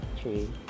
tree